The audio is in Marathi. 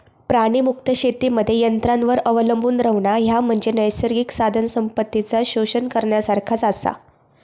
प्राणीमुक्त शेतीमध्ये यंत्रांवर अवलंबून रव्हणा, ह्या म्हणजे नैसर्गिक साधनसंपत्तीचा शोषण करण्यासारखाच आसा